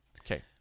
Okay